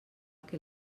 que